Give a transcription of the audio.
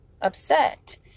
upset